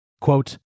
Quote